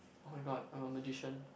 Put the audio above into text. [oh]-my-god I'm a magician